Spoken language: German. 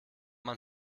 man